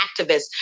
activists